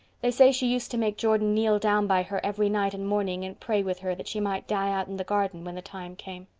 they say she used to make jordan kneel down by her every night and morning and pray with her that she might die out in the garden when the time came.